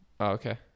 okay